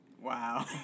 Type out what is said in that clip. Wow